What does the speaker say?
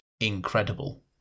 incredible